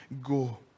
go